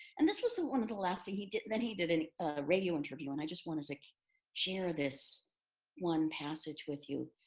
and this was ah one of the last thing he did. and then he did and a radio interview and i just wanted to share this one passage with you.